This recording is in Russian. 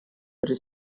при